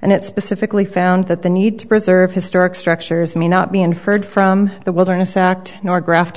and it specifically found that the need to preserve historic structures may not be inferred from the wilderness act nor grafted